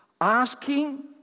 Asking